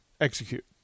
execute